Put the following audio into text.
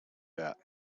that